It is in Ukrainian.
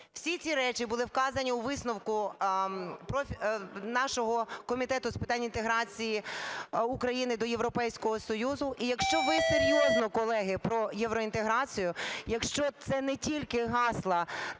Всі ці речі були вказані у висновку нашого Комітету з питань інтеграції України до Європейського Союзу. І якщо ви серйозно, колеги, про євроінтеграцію, якщо це не тільки гасла